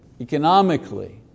economically